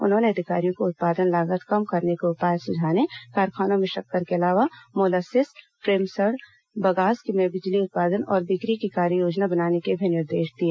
उन्होंने अधिकारियों को उत्पादन लागत कम करने के उपाय सुझाने कारखानों में शक्कर के अलावा मोलासीस प्रेसमड़ बगास से बिजली उत्पादन और बिक्री की कार्ययोजना बनाने के भी निर्देश दिए